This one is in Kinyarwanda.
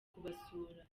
kubasura